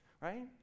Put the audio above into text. right